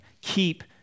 Keep